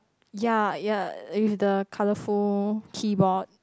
ya ya with the colourful keyboard